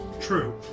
True